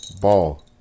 ball